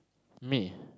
me